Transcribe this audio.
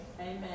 Amen